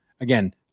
again